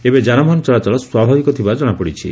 ଏବେ ଯାନବାହନ ଚଳାଚଳ ସ୍ୱାଭାବିକ ଥିବା ଜଣାପଡିଛି